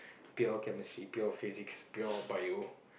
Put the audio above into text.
pure chemistry pure physics pure bio